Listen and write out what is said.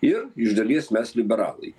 ir iš dalies mes liberalai